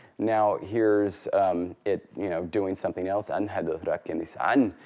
now here's it you know doing something else, anha dothrak kemisaan,